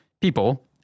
people